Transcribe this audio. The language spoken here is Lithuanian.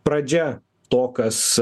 pradžia to kas